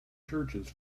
churches